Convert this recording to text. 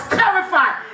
terrified